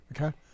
okay